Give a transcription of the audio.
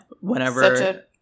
whenever